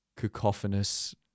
cacophonous